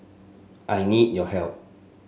I need your help